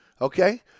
okay